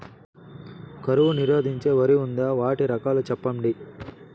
కరువు నిరోధించే వరి ఉందా? వాటి రకాలు చెప్పండి?